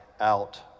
out